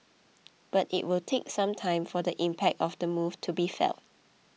but it will take some time for the impact of the move to be felt